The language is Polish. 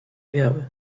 biały